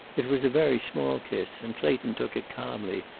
it was a very small kiss, and clayton took it calmly,